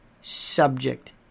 subject